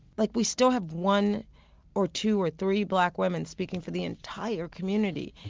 like we still have one or two or three black women speaking for the entire community,